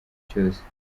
cyose